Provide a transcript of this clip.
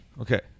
Okay